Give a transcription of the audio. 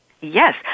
Yes